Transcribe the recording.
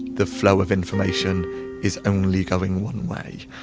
the flow of information is only going one way.